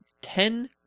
Ten